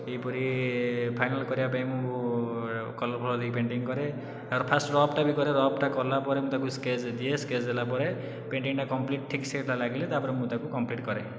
ଏହିପରି ଫାଇନାଲ କରିବା ପାଇଁ ମୁଁ କଲର୍ ଫଲର ଦେଇକି ପେଣ୍ଟିଂ କରେ ତାର ଫାଷ୍ଟ ରଫଟା ବି କରେ ରଫଟା କଲାପରେ ମୁଁ ତାକୁ ସ୍କେଚ ଦିଏ ସ୍କେଚ ଦେଲାପରେ ପେଣ୍ଟିଂଟା କମ୍ପ୍ଲିଟ ଠିକ୍ସେ ଲାଗିଲେ ତାପରେ ମୁଁ ତାକୁ କମ୍ପ୍ଲିଟ କରେ